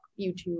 YouTube